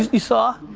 you saw?